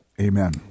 amen